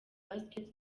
basket